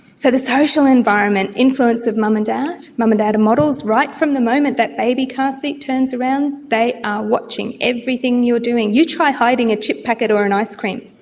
so the social environment, influence of mum and dad. mum and dad are models right from the moment that baby car-seat turns around, they are watching everything you are doing. you try hiding a chip packet or an ice cream.